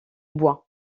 bois